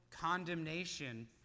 condemnation